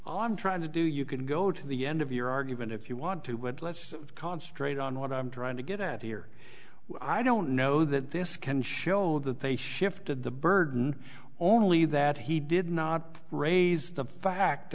well i'm trying to do you can go to the end of your argument if you want to would let's concentrate on what i'm trying to get at here i don't know that this can show that they shifted the burden only that he did not raise the fact